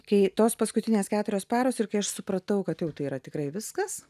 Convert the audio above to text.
kai tos paskutinės keturios paros ir kai aš supratau kad jau tai yra tikrai viskas